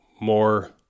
more